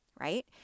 right